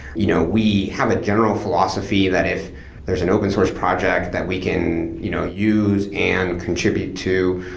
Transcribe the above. you know we have a general philosophy that if there's an open source project that we can you know use and contribute to,